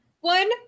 one